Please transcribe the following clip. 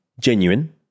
genuine